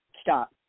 Stop